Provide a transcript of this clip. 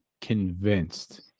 convinced